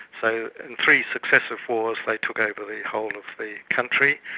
so in three successive wars they took over the whole of the country.